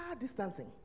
distancing